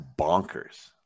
bonkers